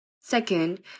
Second